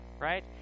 right